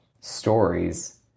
stories